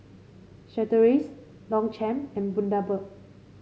Chateraise Longchamp and Bundaberg